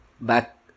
back